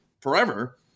forever